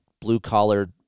blue-collar